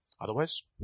Otherwise